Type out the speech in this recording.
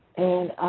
and,